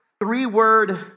three-word